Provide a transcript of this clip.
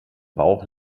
bauch